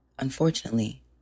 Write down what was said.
Unfortunately